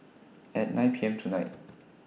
At nine P M tonight